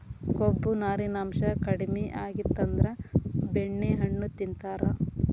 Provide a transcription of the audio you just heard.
ಕೊಬ್ಬು, ನಾರಿನಾಂಶಾ ಕಡಿಮಿ ಆಗಿತ್ತಂದ್ರ ಬೆಣ್ಣೆಹಣ್ಣು ತಿಂತಾರ